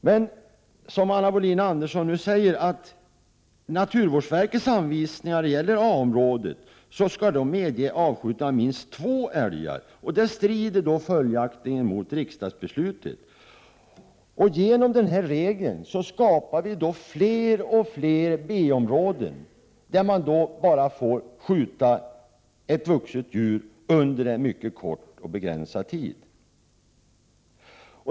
Men som Anna Wohlin-Andersson säger gäller naturvårdsverkets anvisningar A-områden, och där skall man medge avskjutning av minst två älgar. Det strider alltså mot riksdagsbeslutet. På det sätt skapar man fler och fler B-områden, där man får avskjuta bara ett vuxet djur under en mycket kort och begränsad tid.